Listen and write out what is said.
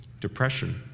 depression